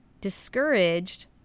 discouraged